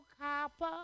copper